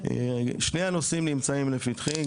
שני הנושאים נמצאים לפתחי,